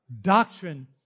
Doctrine